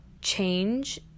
change